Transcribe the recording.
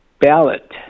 ballot